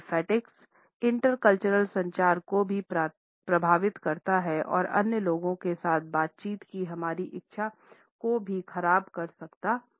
olfactics intercultural संचार को भी प्रभावित करता है और अन्य लोगों के साथ बातचीत की हमारी इच्छा को भी ख़राब कर सकता है